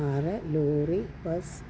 car lorry bus